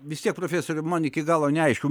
vis tiek profesoriau man iki galo neaišku